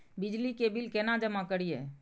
बिजली के बिल केना जमा करिए?